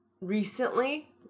recently